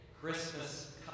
Christmas